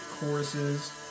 Choruses